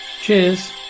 Cheers